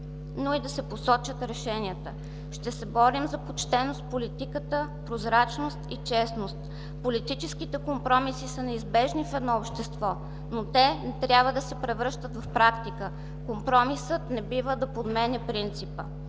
но и да се посочат решенията. Ще се борим за почтеност в политиката, прозрачност и честност. Политическите компромиси са неизбежни в едно общество, но те не трябва да се превръщат в практика. Компромисът не бива да подменя принципа.